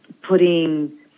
putting